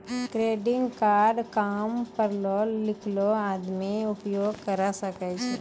Credit card काम पढलो लिखलो आदमी उपयोग करे सकय छै?